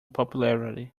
popularity